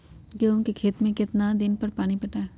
गेंहू के खेत मे कितना कितना दिन पर पानी पटाये?